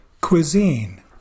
Cuisine